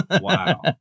Wow